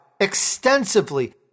extensively